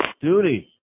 duty